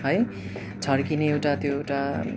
है छर्किने एउटा त्यो एउटा